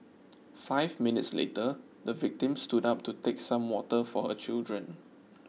five minutes later the victim stood up to take some water for her children